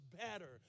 better